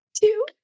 Two